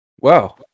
Wow